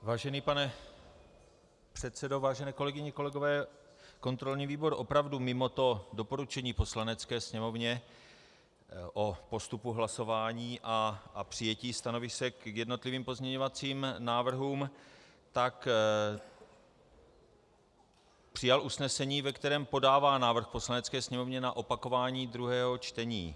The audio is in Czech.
Vážený pane předsedo, vážené kolegyně, kolegové, kontrolní výbor opravdu mimo doporučení Poslanecké sněmovně o postupu hlasování a přijetí stanovisek k jednotlivým pozměňovacím návrhům přijal usnesení, ve kterém podává návrh Poslanecké sněmovně na opakování druhého čtení.